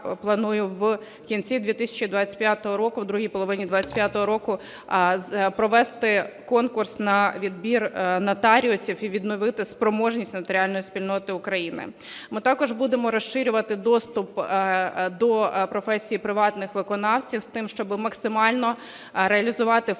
я планую в кінці 2025 року, у другій половині 2025 року провести конкурс на відбір нотаріусів – і відновити спроможність нотаріальної спільноти України. Ми також будемо розширювати доступ до професії приватних виконавців, з тим щоб максимально реалізувати функцію